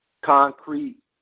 concrete